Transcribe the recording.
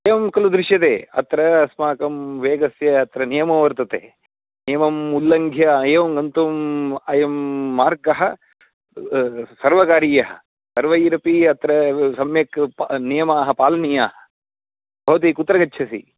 एवं खलु दृश्यते अत्र अस्माकं वेगस्य अत्र नियमो वर्तते नियमम् उल्लङ्घ्य एवं गन्तुम् अयं मार्गः सर्वकारीयः सर्वैरपि अत्र सम्यक् नियमाः पालनीयाः भवती कुत्र गच्छसि